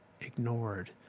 ignored